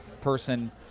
person